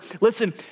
listen